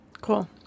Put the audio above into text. Cool